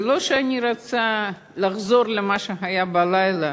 ולא שאני רוצה לחזור למה שהיה בלילה.